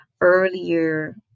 earlier